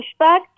pushback